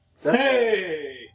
Hey